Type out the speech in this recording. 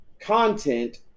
content